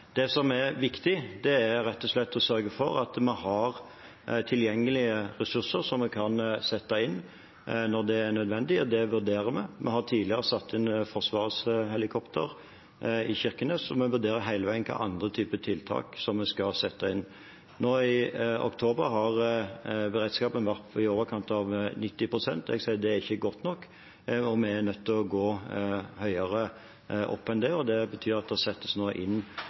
Det som er viktig, er rett og slett å sørge for å ha tilgjengelige ressurser som vi kan sette inn når det er nødvendig, og det vurderer vi. Vi har tidligere satt inn forsvarshelikopter i Kirkenes, og vi vurderer hele veien hvilke andre typer tiltak vi skal sette inn. Nå i oktober har beredskapen vært på i overkant av 90 pst. Det er ikke godt nok, og vi må høyere opp enn det. Det betyr at det nå settes inn ekstra tiltak, og det kan tenkes at det